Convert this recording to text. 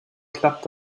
klappt